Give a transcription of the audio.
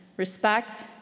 respect,